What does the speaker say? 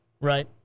Right